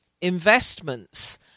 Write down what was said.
investments